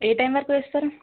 ఏ time వరకు వేస్తారు